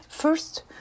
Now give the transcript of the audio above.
First